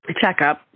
checkup